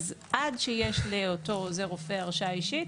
עד שיש לאותו עוזר רופא הרשאה אישית,